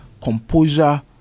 composure